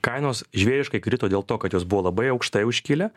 kainos žvėriškai krito dėl to kad jos buvo labai aukštai užkilę